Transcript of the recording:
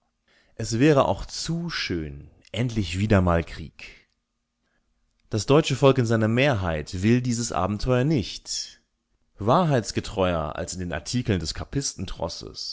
es wäre auch zu schön endlich wieder mal krieg das deutsche volk in seiner mehrheit will dieses abenteuer nicht wahrheitsgetreuer als in den artikeln des